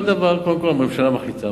כל דבר קודם כול הממשלה מחליטה,